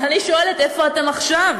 אז אני שואלת, איפה אתם עכשיו?